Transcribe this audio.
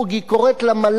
היא קוראת למל"ג,